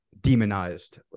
demonized